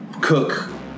Cook